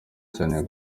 cyane